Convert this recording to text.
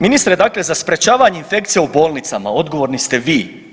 Ministre, dakle za sprječavanje infekcija u bolnicama odgovorni ste vi.